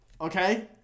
okay